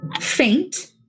faint